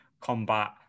combat